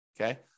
Okay